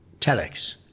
telex